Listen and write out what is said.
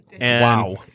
Wow